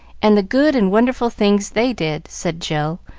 and the good and wonderful things they did, said jill,